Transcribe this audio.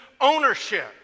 ownership